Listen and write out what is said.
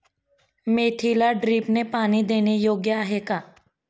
मेथीला ड्रिपने पाणी देणे योग्य आहे का?